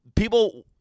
People